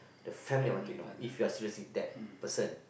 the family I want to know if you are seriously that person